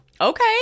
Okay